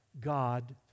God